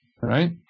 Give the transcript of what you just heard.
right